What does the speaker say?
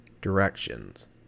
Directions